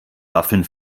waffeln